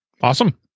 Awesome